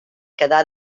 quedà